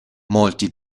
molti